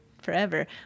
forever